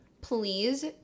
please